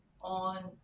on